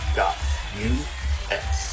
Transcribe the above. dot-u-s